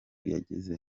yageze